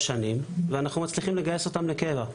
שנים ואנחנו מצליחים לגייס אותם לקבע.